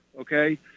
okay